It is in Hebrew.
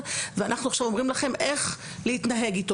ואנחנו עכשיו אומרים לכם איך להתנהג איתו',